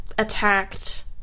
attacked